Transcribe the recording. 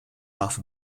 laugh